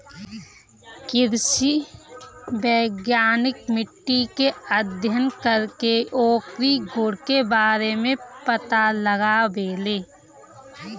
कृषि वैज्ञानिक मिट्टी के अध्ययन करके ओकरी गुण के बारे में पता लगावेलें